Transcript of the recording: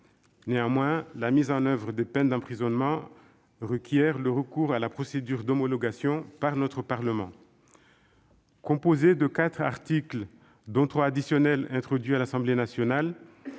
Néanmoins, la mise en oeuvre des peines d'emprisonnement requiert le recours à la procédure d'homologation par notre Parlement. Composée de quatre articles, dont trois articles additionnels introduits à l'Assemblée nationale,